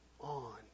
on